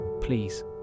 Please